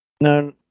No